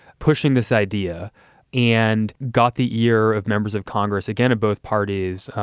pushing this idea and got the ear of members of congress again of both parties.